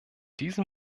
diesem